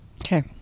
okay